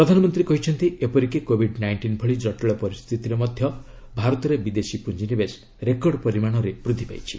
ପ୍ରଧାନମନ୍ତ୍ରୀ କହିଛନ୍ତି ଏପରିକି କୋବିଡ୍ ନାଇଣ୍ଟିନ୍ ଭଳି ଜଟିଳ ପରିସ୍ଥିତିରେ ମଧ୍ୟ ଭାରତରେ ବିଦେଶୀ ପୁଞ୍ଜିନିବେଶ ରେକର୍ଡ ପରିମାଣରେ ବୃଦ୍ଧି ପାଇଛି